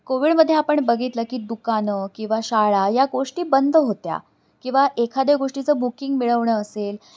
कोविडमध्ये आपण बघितलं की दुकानं किंवा शाळा या गोष्टी बंद होत्या किंवा एखाद्या गोष्टीचं बुकिंग मिळवणं असेल